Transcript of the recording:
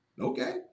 okay